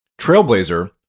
Trailblazer